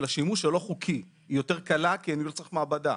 של השימוש הלא חוקי יותר קלה כי אני לא צריך מעבדה,